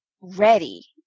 ready